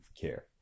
care